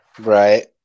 Right